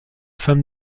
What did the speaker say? femme